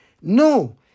No